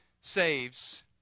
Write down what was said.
saves